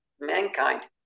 mankind